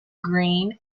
green